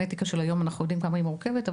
היום אנחנו יודעים כמה הגנטיקה מורכבת,